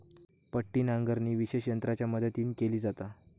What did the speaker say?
पट्टी नांगरणी विशेष यंत्रांच्या मदतीन केली जाता